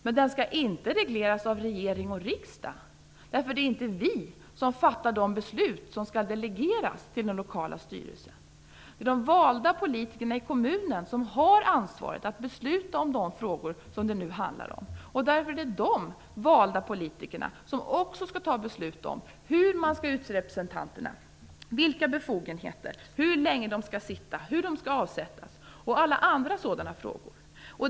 Men de skall inte regleras av oss i regering och riksdag, därför att det inte är vi som fattar de beslut som skall delegeras till den lokala styrelsen. De valda politikerna i kommunen har ansvaret att besluta om de frågor som det nu handlar om. Därför är det dessa valda politiker som också skall fatta beslut t.ex. om hur representanter skall utses, om befogenheter, om hur länge de här personerna skall sitta med och om hur de skall avsättas.